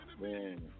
Man